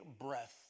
breath